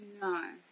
No